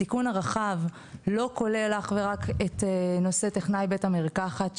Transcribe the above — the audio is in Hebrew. התיקון הרחב לא כולל אך ורק את נושא טכנאי בית המרקחת,